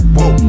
Whoa